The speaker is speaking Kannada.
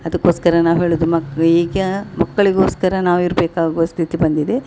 ಅದಕ್ಕೋಸ್ಕರ ನಾವು ಹೇಳುದು ಮಕ್ ಈಗ ಮಕ್ಕಳಿಗೋಸ್ಕರ ನಾವು ಇರಬೇಕಾಗುವ ಸ್ಥಿತಿ ಬಂದಿದೆ